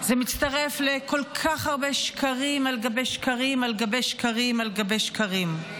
זה מצטרף לכל כך הרבה שקרים על גבי שקרים על גבי שקרים על גבי שקרים.